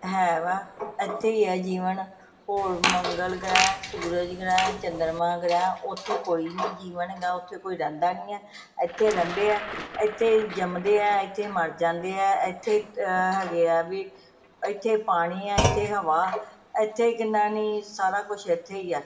ਹੈ ਵਾ ਇੱਥੇ ਹੀ ਹੈ ਜੀਵਨ ਹੋਰ ਮੰਗਲ ਗ੍ਰਹਿ ਸੂਰਜ ਗ੍ਰਹਿ ਚੰਦਰਮਾ ਗ੍ਰਹਿ ਉੱਥੇ ਕੋਈ ਨਹੀਂ ਜੀਵਨ ਹੈਗਾ ਉੱਥੇ ਕੋਈ ਰਹਿੰਦਾ ਨਹੀਂ ਹੈ ਇੱਥੇ ਰਹਿੰਦੇ ਹੈ ਇੱਥੇ ਹੀ ਜੰਮਦੇ ਹੈ ਇੱਥੇ ਹੀ ਮਰ ਜਾਂਦੇ ਆ ਇੱਥੇ ਹੀ ਹੈਗੇ ਆ ਵੀ ਇੱਥੇ ਪਾਣੀ ਹੈ ਇੱਥੇ ਹੀ ਹਵਾ ਇੱਥੇ ਹੀ ਕਿੰਨਾ ਨਹੀਂ ਸਾਰਾ ਕੁਛ ਇੱਥੇ ਹੀ ਆ